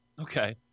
Okay